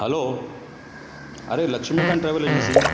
hello आरे Laxmikant travel agency